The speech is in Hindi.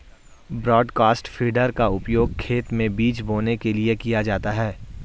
ब्रॉडकास्ट फीडर का उपयोग खेत में बीज बोने के लिए किया जाता है